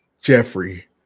Jeffrey